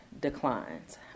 declines